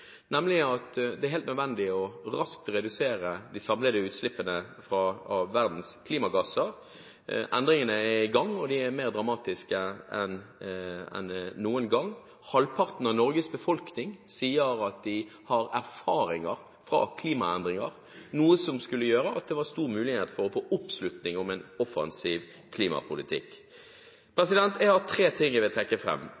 nemlig at det er helt nødvendig raskt å redusere de samlede utslippene av verdens klimagasser. Endringene er i gang, og de er mer dramatiske enn noen gang. Halvparten av Norges befolkning sier at de har erfaringer fra klimaendringer, noe som skulle gjøre at det var stor mulighet for å få oppslutning om en offensiv klimapolitikk.